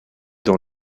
dans